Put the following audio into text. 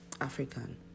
African